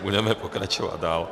Budeme pokračovat dál.